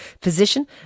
physician